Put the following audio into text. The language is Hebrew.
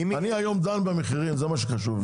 אני היום דן במחירים, זה מה שחשוב לי.